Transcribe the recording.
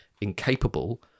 incapable